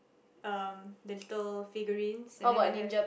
um the little figurines and then I have